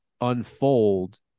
unfold